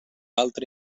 altra